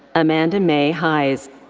amanda may hise.